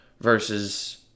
versus